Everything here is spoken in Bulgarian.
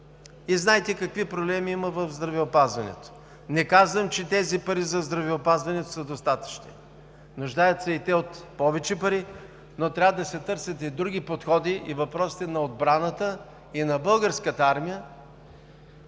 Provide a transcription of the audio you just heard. и знаете какви проблеми има в здравеопазването. Не казвам, че тези пари за здравеопазването са достатъчни. Нуждаят се и те от повече пари, но трябва да се търсят и други подходи, и на въпросите на отбраната и на Българската армия,